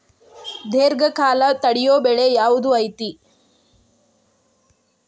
ದೇರ್ಘಕಾಲ ತಡಿಯೋ ಬೆಳೆ ಯಾವ್ದು ಐತಿ?